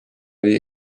oli